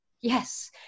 Yes